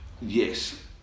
Yes